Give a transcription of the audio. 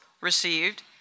received